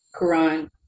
Quran